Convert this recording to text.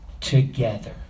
together